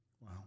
Wow